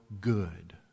good